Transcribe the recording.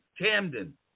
Camden